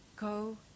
Go